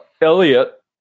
Elliot